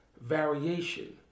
variation